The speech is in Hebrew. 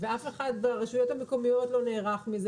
ואף אחד ברשויות המקומיות לא נערך לזה.